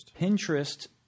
Pinterest